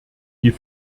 die